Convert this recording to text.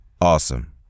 Awesome